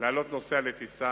להעלות נוסע לטיסה,